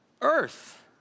earth